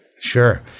Sure